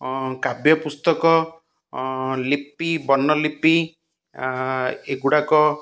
କାବ୍ୟ ପୁସ୍ତକ ଲିପି ବର୍ଣ୍ଣଲିପି ଏଗୁଡ଼ାକ